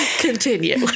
Continue